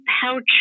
pouch